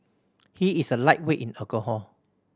he is a lightweight in alcohol